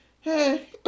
hey